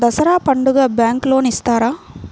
దసరా పండుగ bank loan ఇస్తారా?